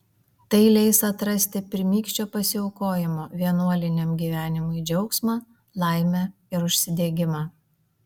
tai leis atrasti pirmykščio pasiaukojimo vienuoliniam gyvenimui džiaugsmą laimę ir užsidegimą